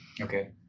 okay